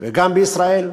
וגם בישראל.